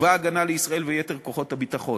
צבא הגנה לישראל, ויתר כוחות הביטחון.